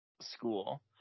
school